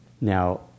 Now